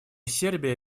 сербия